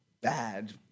bad